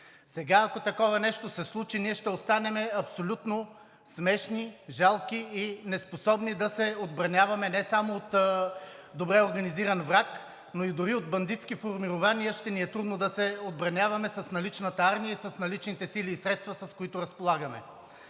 Сега ако такова нещо се случи, ние ще останем абсолютно смешни, жалки и неспособни да се отбраняваме не само от добре организиран враг, но дори и от бандитски формирования ще ни е трудно да се отбраняваме с наличната армия и с наличните сили и средства, с които разполагаме.